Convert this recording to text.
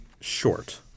short